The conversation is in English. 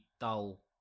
dull